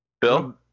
Bill